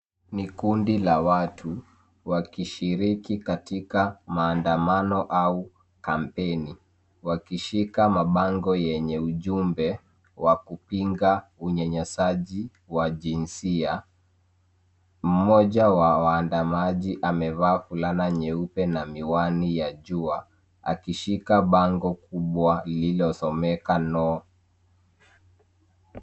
Ni kundi la watu wakishiriki katika maandamano au kampeni wakishika mabango yenye ujumbe wa kupinga unyanyasaji wa jinsia. Mmoja wa waandamaji amevaa fulana nyeupe na miwani ya jua akishika bango kubwa lililosomeka no .